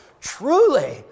truly